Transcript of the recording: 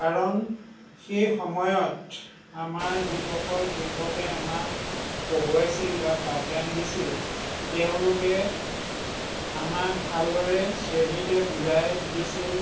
কাৰণ সেই সময়ত আমাৰ যিসকল শিক্ষকে আমাক পঢ়ুৱাইছিল বা পাঠদান দিছিল তেওঁলোকে আমাক ভালদৰে শ্ৰেণীতে বুজাই দিছিল